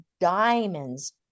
diamonds